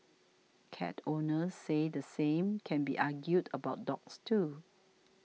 cat owners say the same can be argued about dogs too